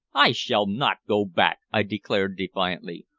i shall not go back! i declared defiantly.